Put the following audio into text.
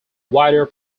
wider